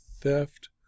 theft